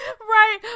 Right